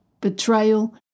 betrayal